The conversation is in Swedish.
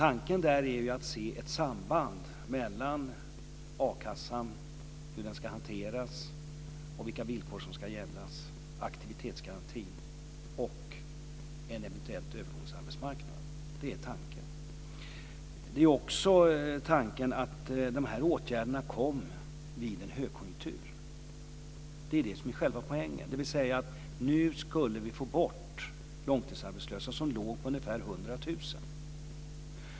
Tanken är att se ett samband mellan a-kassan och hur den ska hanteras och vilka villkor som ska gälla, aktivitetsgarantin och en eventuell övergångsarbetsmarknad. Tanken var också att de här åtgärderna kom vid en högkonjunktur. Det är det som är själva poängen. Nu skulle vi få bort antalet långtidsarbetslösa, som låg på ungefär 100 000.